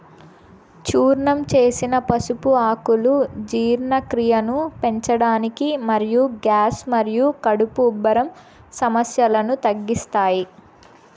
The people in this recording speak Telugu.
చూర్ణం చేసిన పసుపు ఆకులు జీర్ణక్రియను పెంచడానికి మరియు గ్యాస్ మరియు కడుపు ఉబ్బరం సమస్యలను తగ్గిస్తాయి